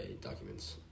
documents